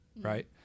Right